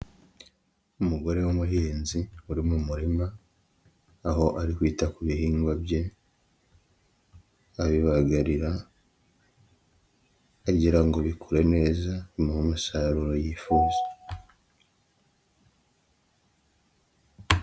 Umugore w'umuhinzi uri mu murima, aho ari kwita ku bihingwa bye abibagarira agira ngo bikure neza bimuhe umusaruro yifuza.